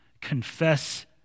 confess